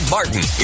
Martin